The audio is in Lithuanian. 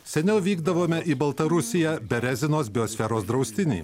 seniau vykdavome į baltarusiją berezinos biosferos draustinį